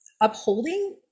upholding